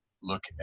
look